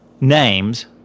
names